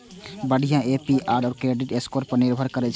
बढ़िया APR credit score पर निर्भर करै छै